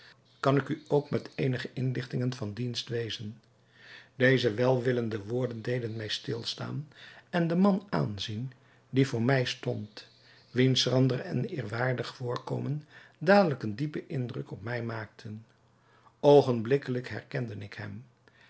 kan ik u ook met eenige inlichting van dienst wezen deze welwillende woorden deden mij stilstaan en den man aanzien die voor mij stond wiens schrander en eerwaardig voorkomen dadelijk eenen diepen indruk op mij maakten oogenblikkelijk herkende ik hem